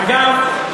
אגב,